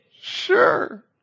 Sure